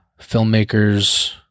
Filmmakers